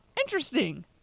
interesting